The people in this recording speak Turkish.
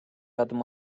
adım